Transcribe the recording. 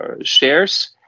shares